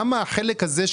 החלק הזה,